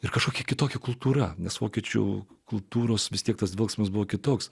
ir kažkokia kitokia kultūra nes vokiečių kultūros vis tiek tas dvelksmas buvo kitoks